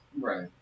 Right